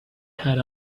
had